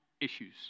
issues